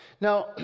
Now